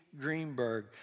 Greenberg